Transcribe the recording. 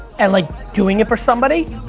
and like doing it for somebody,